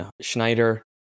Schneider